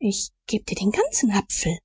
ich geb dir den ganzen apfel